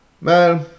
man